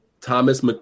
Thomas